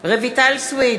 רויטל סויד,